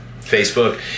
Facebook